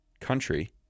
country